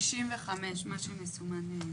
כאן אני אדגיש,